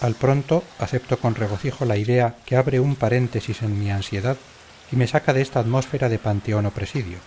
al pronto acepto con regocijo la idea que abre un paréntesis en mi ansiedad y me saca de esta atmósfera de panteón o presidio